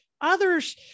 others